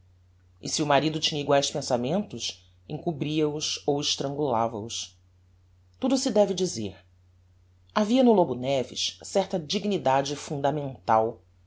e se o marido tinha eguaes pensamentos encobria os ou estrangulava os tudo se deve dizer havia no lobo neves certa dignidade fundamental